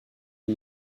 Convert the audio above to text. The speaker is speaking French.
les